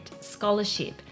scholarship